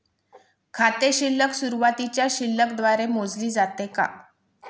खाते शिल्लक सुरुवातीच्या शिल्लक द्वारे मोजले जाते का?